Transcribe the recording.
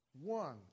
one